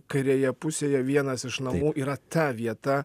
kairėje pusėje vienas iš namų yra ta vieta